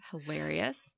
hilarious